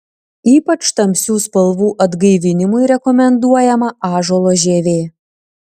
ypač tamsių spalvų atgaivinimui rekomenduojama ąžuolo žievė